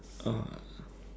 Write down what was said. oh